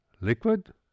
liquid